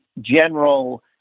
general